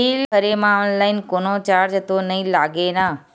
Bill भरे मा online कोनो चार्ज तो नई लागे ना?